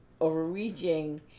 overreaching